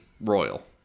royal